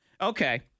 okay